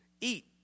Eat